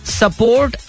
support